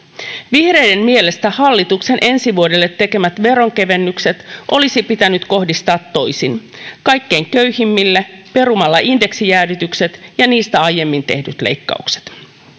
vihreiden mielestä hallituksen ensi vuodelle tekemät veronkevennykset olisi pitänyt kohdistaa toisin kaikkein köyhimmille perumalla indeksijäädytykset ja niistä aiemmin tehdyt leikkaukset